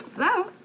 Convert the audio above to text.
Hello